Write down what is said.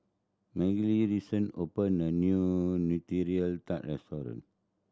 Mary recent opened a new Nutella Tart restaurant